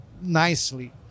nicely